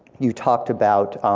you talked about,